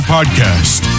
Podcast